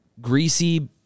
greasy